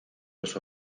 los